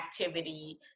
activity